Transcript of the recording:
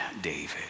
David